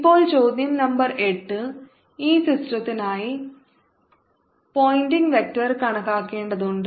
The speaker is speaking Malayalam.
ഇപ്പോൾ ചോദ്യം നമ്പർ 8 ഈ സിസ്റ്റത്തിനായി പോയിന്റിംഗ് വെക്റ്റർ കണക്കാക്കേണ്ടതുണ്ട്